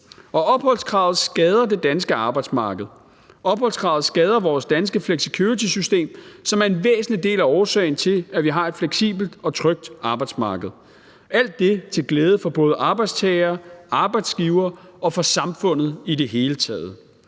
Og opholdskravet skader det danske arbejdsmarked. Opholdskravet skader vores danske flexicuritysystem, som er en væsentlig del af årsagen til, at vi har et fleksibelt og trygt arbejdsmarked; alt det til glæde for både arbejdstagere, arbejdsgivere og for samfundet i det hele taget.